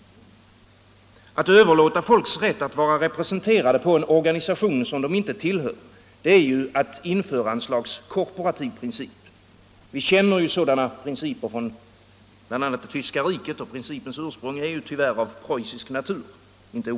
Att överlåta människors rätt att vara representerade på en organisation som de inte tillhör är att införa ett slags korporativ princip. Vi känner sådana principer från bl.a. det tyska riket, och principens ursprung är inte oväntat av preussisk natur.